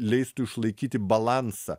leistų išlaikyti balansą